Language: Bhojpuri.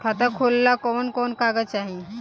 खाता खोलेला कवन कवन कागज चाहीं?